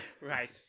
Right